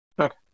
Okay